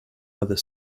other